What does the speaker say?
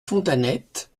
fontanettes